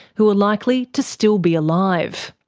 who are likely to still be alive.